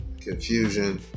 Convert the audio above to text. confusion